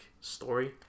story